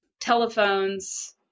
telephones